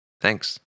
Thanks